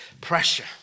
pressure